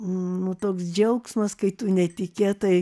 nu toks džiaugsmas kai tu netikėtai